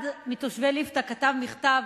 אחד מתושבי ליפתא כתב מכתב